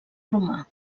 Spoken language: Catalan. romà